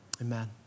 amen